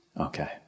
Okay